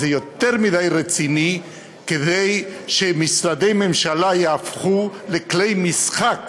זה יותר מדי רציני מכדי שמשרדי ממשלה יהפכו לכלי משחק